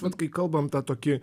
vat kai kalbam tą tokį